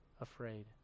afraid